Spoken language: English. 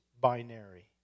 binary